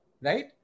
Right